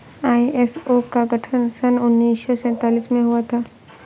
ISO का गठन सन उन्नीस सौ सैंतालीस में हुआ था